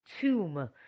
tomb